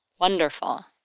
Wonderful